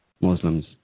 Muslims